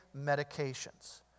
medications